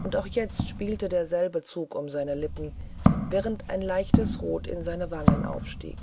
und auch jetzt spielte derselbe zug um seine lippen während ein leichtes rot in seine wangen stieg